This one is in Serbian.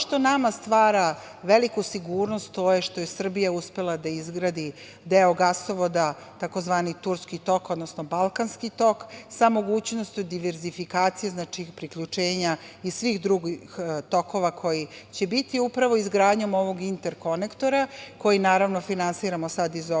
ono što nama stvara veliku sigurnost, to je što je Srbija uspela da izgradi deo gasovoda, takozvani „Turski tok“, odnosno „Balkanski tok“, sa mogućnošću diverzifikacije, znači priključenja i svih drugih tokova, koji će biti upravo izgradnjom ovog interkonektora, koji finansiramo sada iz ovog